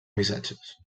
missatges